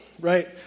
right